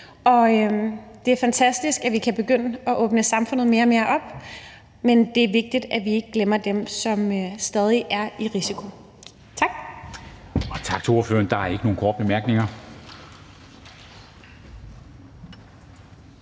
Det er fantastisk, at vi kan begynde at åbne samfundet mere og mere op, men det er vigtigt, at vi ikke glemmer dem, som stadig er i risiko. Tak.